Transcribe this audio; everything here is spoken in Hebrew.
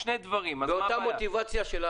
דברים, מה הבעיה?